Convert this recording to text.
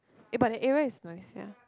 eh but that area is nice ya